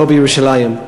פה בירושלים.